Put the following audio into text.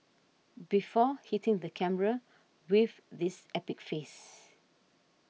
before hitting the camera with this epic face